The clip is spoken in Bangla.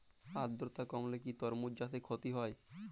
আদ্রর্তা কমলে কি তরমুজ চাষে ক্ষতি হয়?